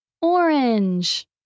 Orange